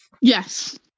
Yes